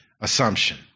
assumption